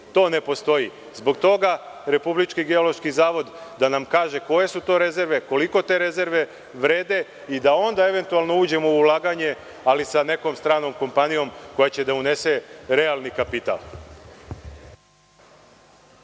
To ne postoji. Zbog toga treba Republički geološki zavod da nam kaže koje su to rezerve, koliko te rezerve vrede i da onda eventualno uđemo u ulaganje, ali sa nekom stranom kompanijom koja će da unese realni kapital.